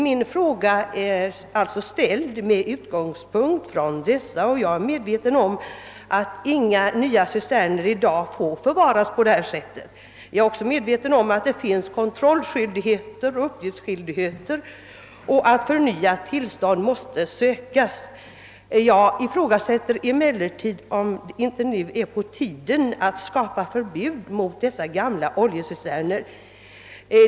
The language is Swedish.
Min fråga är alltså ställd med utgångspunkt från dessa förhållanden. Jag är medveten om att inga nya cisterner får förvaras på detta sätt liksom om att det finns kontrolloch uppgiftsskyldigheter och att förnyat tillstånd måste sökas. Jag ifrågasätter emellertid, om det inte nu är på tiden att skapa förbud mot dessa gamla oljecisterner.